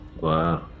Wow